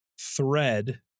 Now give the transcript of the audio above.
thread